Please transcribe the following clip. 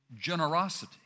generosity